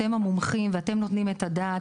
אתם המומחים ואתם נותנים את הדעת,